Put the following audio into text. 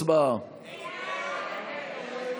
הצבעה.